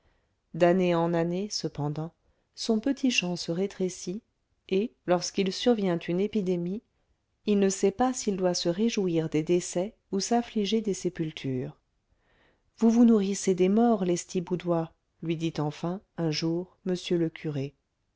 d'année en année cependant son petit champ se rétrécit et lorsqu'il survient une épidémie il ne sait pas s'il doit se réjouir des décès ou s'affliger des sépultures vous vous nourrissez des morts lestiboudois lui dit enfin un jour m le curé